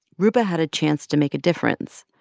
roopa had a chance to make a difference,